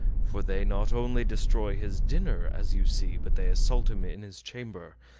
for they not only destroy his dinner, as you see, but they assault him in his chamber,